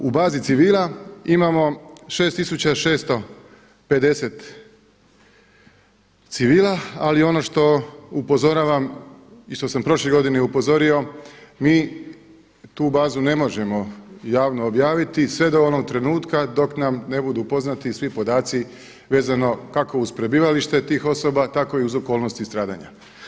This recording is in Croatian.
U bazi civila imamo 6650 civila ali ono što upozoravam i što sam prošle godine upozorio mi tu bazu ne možemo javno objaviti sve do onog trenutka dok nam ne budu poznati svi podatci vezano kako uz prebivalište tih osoba, tako i uz okolnosti stradanja.